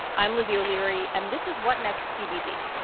i'm lizzie o'leary, and this is what next tbd,